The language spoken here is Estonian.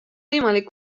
võimalik